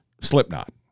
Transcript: Slipknot